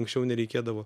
anksčiau nereikėdavo